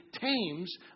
tames